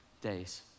days